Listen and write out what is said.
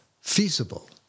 feasible